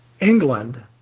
England